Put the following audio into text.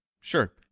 Sure